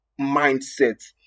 mindset